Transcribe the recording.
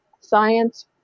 science